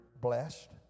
blessed